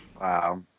Wow